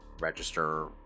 register